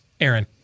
Aaron